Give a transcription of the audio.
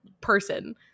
person